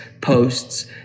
posts